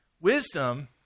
Wisdom